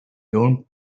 don’t